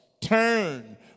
Turn